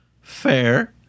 Fair